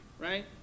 right